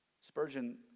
Spurgeon